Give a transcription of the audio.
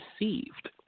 received